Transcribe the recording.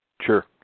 Sure